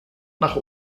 nach